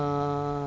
a